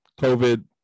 COVID